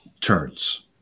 turns